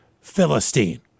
Philistine